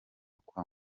kwa